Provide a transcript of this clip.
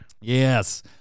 yes